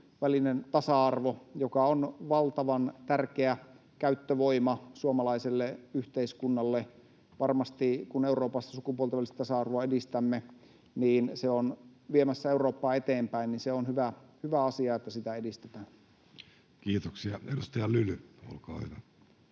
välinen tasa-arvo, joka on valtavan tärkeä käyttövoima suomalaiselle yhteiskunnalle. Varmasti, kun Euroopassa sukupuolten välistä tasa-arvoa edistämme, se on viemässä Eurooppaa eteenpäin. Se on hyvä asia, että sitä edistetään. [Speech 138] Speaker: